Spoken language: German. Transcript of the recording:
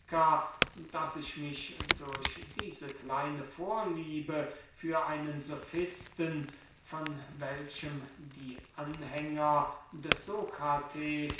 daß ich mich durch diese kleine vorliebe für einen sofisten von welchem die anhänger des